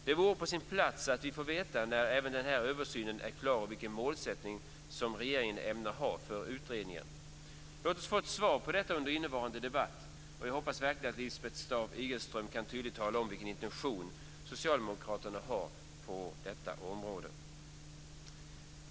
Det vore på sin plats att vi får veta när denna översyn beräknas vara klar och vilken målsättning som regeringen har för denna utredning. Låt oss få ett svar på den frågan under den pågående debatten. Jag hoppas verkligen att Lisbeth Staaf-Igelström tydligt kan tala om vilken intention Socialdemokraterna har på detta område.